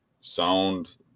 sound